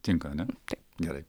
tinka ar ne gerai